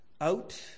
out